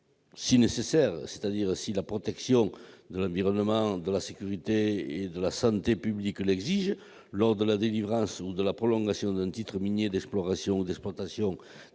un cahier des charges, si la protection de l'environnement, de la sécurité et de la santé publiques l'exige, lors de la délivrance ou de la prolongation d'un titre minier d'exploration ou d'exploitation